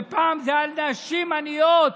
ופעם זה על נשים עניות,